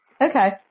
okay